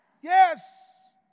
Yes